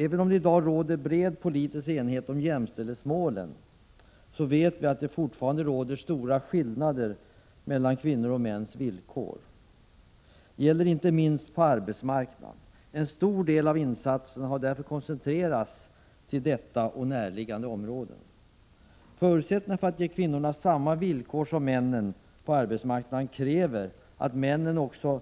Även om det i dag råder bred politisk enighet om jämställdhetsmålen, vet vi att det fortfarande råder stora skillnader mellan kvinnors och mäns villkor. Det gäller inte minst på arbetsmarknaden. En stor del av insatserna har därför koncentrerats till detta och närliggande områden. För att ge kvinnorna samma villkor som männen på arbetsmarknaden krävs att männen också